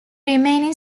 remaining